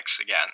again